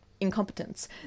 incompetence